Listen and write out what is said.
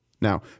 Now